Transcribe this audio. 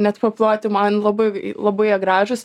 net paploti man labai labai jie gražūs